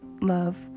love